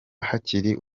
hakiri